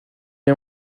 est